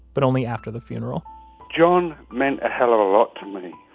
but only after the funeral john meant a hell of a lot to me.